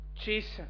Jesus